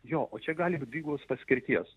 jo o čia gali ir dvigubos paskirties